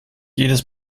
jedes